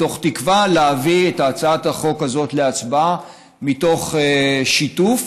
מתוך תקווה להביא את הצעת החוק הזאת להצבעה מתוך שיתוף.